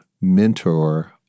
mentor